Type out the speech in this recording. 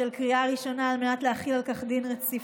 אפשר להקים ממשלה בכנסת הזו.